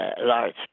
large